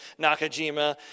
Nakajima